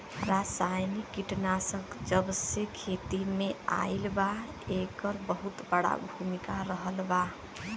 रासायनिक कीटनाशक जबसे खेती में आईल बा येकर बहुत बड़ा भूमिका रहलबा